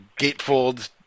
gatefold